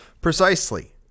Precisely